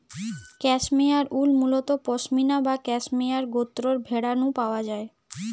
cashmere উল মুলত পসমিনা বা ক্যাশমেয়ার গোত্রর ভেড়া নু পাওয়া যায়